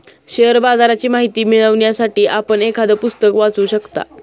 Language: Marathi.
शेअर बाजाराची माहिती मिळवण्यासाठी आपण एखादं पुस्तक वाचू शकता